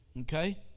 okay